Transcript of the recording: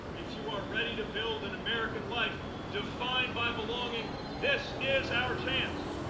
if you are ready to build in american life defined by belonging, this is our chance.